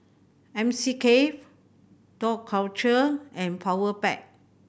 M C Cafe Dough Culture and Powerpac